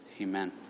Amen